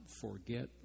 forget